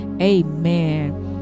Amen